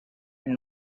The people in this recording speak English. and